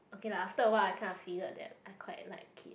okay lah after a while I kind of figured that I quite like